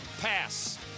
pass